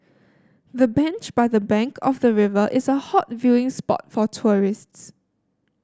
the bench by the bank of the river is a hot viewing spot for tourists